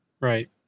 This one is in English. Right